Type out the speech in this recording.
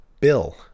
bill